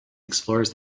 explores